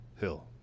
hill